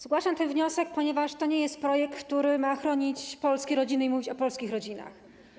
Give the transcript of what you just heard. Zgłaszam ten wniosek, ponieważ to nie jest projekt, który ma chronić polskie rodziny i mówić o polskich rodzinach.